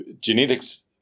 genetics